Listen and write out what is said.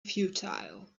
futile